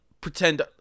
pretend